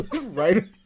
Right